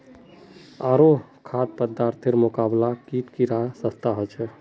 आरो खाद्य पदार्थेर मुकाबले कीट कीडा सस्ता ह छे